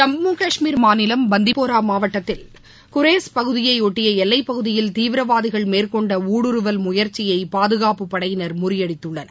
ஜம்மு கஷ்மீர் மாநிலம் பந்திபோராமாவட்டத்தில் குரேஸ் பகுதியைபொட்டியஎல்லைப் பகுதியில் தீவிரவாதிகள் மேற்கொண்டஊடுருவல் முயற்சியைபாதுகாப்புப்படையினர் முறியடித்துள்ளனர்